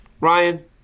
Ryan